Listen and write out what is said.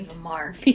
mark